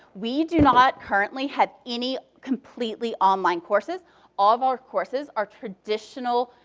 we do not currently have any completely online courses. all of our courses are traditional,